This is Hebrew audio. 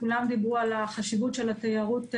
כולם דיברו על החשיבות של התיירות לאילת.